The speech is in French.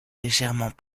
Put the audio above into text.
légèrement